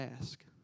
ask